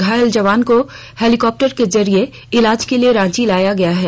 घायल जवान को हेलीकॉप्टर के जरिये इलाज के लिए रांची लाया गया है